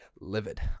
livid